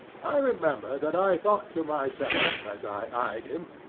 i remember that i thought to myself, as i eyed him,